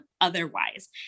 otherwise